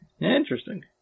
Interesting